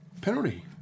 penalty